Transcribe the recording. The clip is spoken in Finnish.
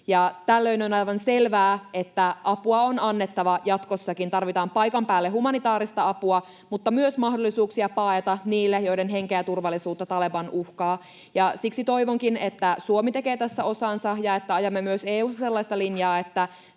Tällöin on aivan selvää, että apua on annettava jatkossakin. Tarvitaan paikan päälle humanitaarista apua, mutta myös niille mahdollisuuksia paeta, joiden henkeä ja turvallisuutta Taleban uhkaa. Siksi toivonkin, että Suomi tekee tässä osansa ja että ajamme myös EU:ssa sellaista linjaa, että